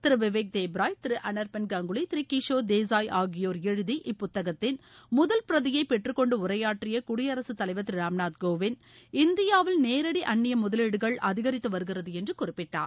திரு விவேக் தேப்ராய் திரு அனைர்பன் கங்குலி திரு கிஷோர் தேசாய் ஆகியோர் எழுதி இப்புத்தகத்தின் முதல் பிரதியை பெற்றுக்கொண்டு உரையாற்றிய குடியரசு தலைவர் திரு ராம்நாத் கோவிந்த் இந்தியாவில் நேரடி அன்னிய முதலீடுகள் அதிகரித்து வருகிறது என்று குறிப்பிட்டார்